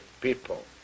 people